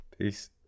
Peace